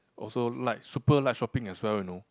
also like super like shopping as well you know